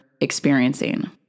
experiencing